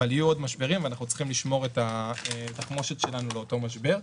אבל יהיו עוד משברים ואנחנו צריכים לשמור את התחמושת שלנו לאותו משבר.